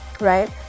Right